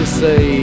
say